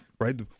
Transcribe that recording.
Right